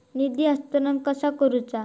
निधी हस्तांतरण कसा करुचा?